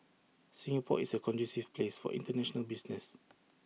Singapore is A conducive place for International business